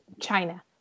China